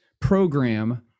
program